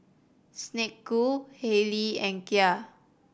Snek Ku Haylee and Kia